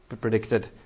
predicted